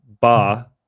Ba